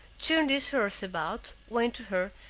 turned his horse about, went to her,